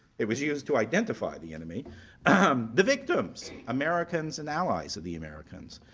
it was used to identify the and i mean um the victims americans and allies of the americans.